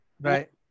Right